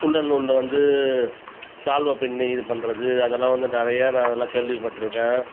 woollen நூலில் வந்து ஷால்வை பின்னி இது பண்ணுறது அதெலாம் வந்து நிறையா நான் அதெலாம் கேள்விப்பட்டுருக்கேன்